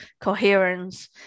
coherence